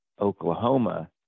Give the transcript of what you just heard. Oklahoma